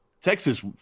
Texas